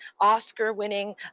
Oscar-winning